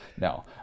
No